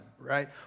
right